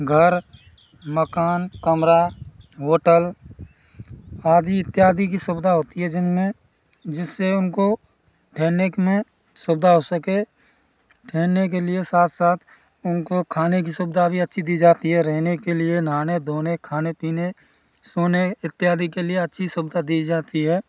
घर मकान कमरा होटल आदि इत्यादि कि सुविधा होती है ज़िनममे जिससे उनको ठहरने में सुविधा हो सके ठहरने के लिए साथ साथ उनको खाने कि सुविधा भी अच्छी दी जाती है रहने के लिए नहाने धोने खाने पीने सोने इत्यादि के लिए अच्छी सुविधा दी जाती है